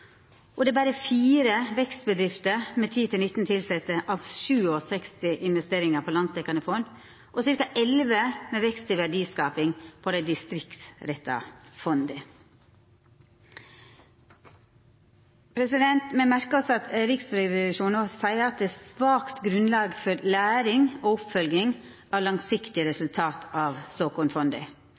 Og det er berre fire vekstbedrifter med 10–19 tilsette av 67 investeringar på landsdekkjande fond, og ca. 11 med vekst i verdiskaping på dei distriktsretta fonda. Me merkar oss at Riksrevisjonen òg seier at det er svakt grunnlag for læring og oppfølging av langsiktige resultat av såkornfonda,